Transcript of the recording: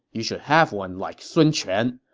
you should have one like sun quan!